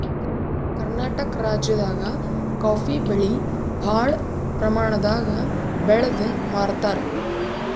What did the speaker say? ಕರ್ನಾಟಕ್ ರಾಜ್ಯದಾಗ ಕಾಫೀ ಬೆಳಿ ಭಾಳ್ ಪ್ರಮಾಣದಾಗ್ ಬೆಳ್ದ್ ಮಾರ್ತಾರ್